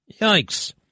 Yikes